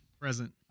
Present